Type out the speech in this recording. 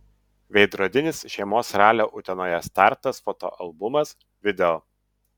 veidrodinis žiemos ralio utenoje startas fotoalbumas video